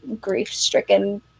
grief-stricken